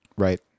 right